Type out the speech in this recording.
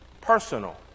personal